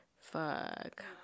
fuck